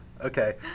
Okay